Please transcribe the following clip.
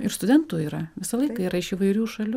ir studentų yra visą laiką yra iš įvairių šalių